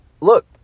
look